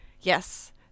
yes